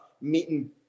meeting